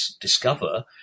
discover